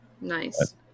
Nice